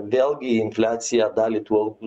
vėlgi infliacija dalį tų algų